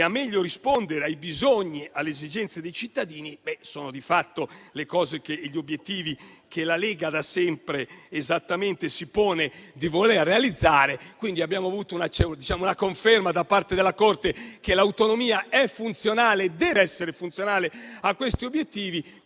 a meglio rispondere ai bisogni e alle esigenze dei cittadini. Questi, di fatto, sono gli obiettivi che la Lega da sempre si propone di realizzare. Quindi, abbiamo avuto una conferma da parte della Corte del fatto che l'autonomia è funzionale e deve essere funzionale a questi obiettivi.